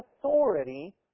authority